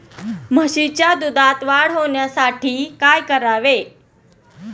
म्हशीच्या दुधात वाढ होण्यासाठी काय करावे?